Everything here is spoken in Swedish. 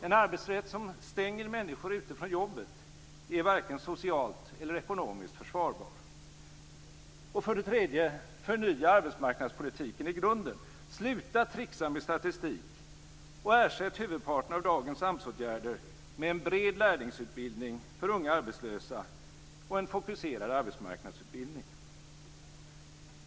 En arbetsrätt som stänger människor ute från jobbet är varken socialt eller ekonomiskt försvarbar. Förnya arbetsmarknadspolitiken i grunden. Sluta tricksa med statistik och ersätt huvudparten av dagens AMS-åtgärder med en bred lärlingsutbildning för unga arbetslösa och en fokuserad arbetsmarknadsutbildning.